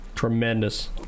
Tremendous